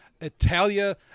Italia